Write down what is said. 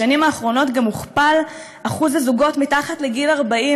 בשנים האחרונות גם הוכפל אחוז הזוגות מתחת לגיל 40,